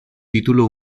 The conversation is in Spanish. título